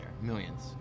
millions